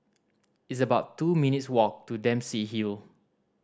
it's about two minutes' walk to Dempsey Hill